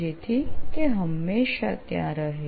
જેથી તે હંમેશા ત્યાં રહે